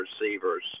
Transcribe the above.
receivers